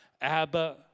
Abba